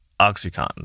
OxyContin